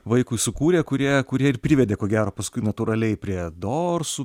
vaikui sukūrė kurie kurie ir privedė ko gero paskui natūraliai prie dorsų